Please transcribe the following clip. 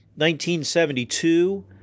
1972